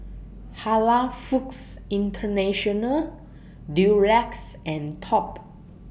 Halal Foods International Durex and Top